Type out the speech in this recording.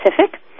Pacific